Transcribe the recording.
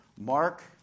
Mark